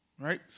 Right